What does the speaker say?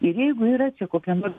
jeigu yra čia kokia nors